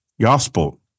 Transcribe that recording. gospel